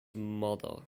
mother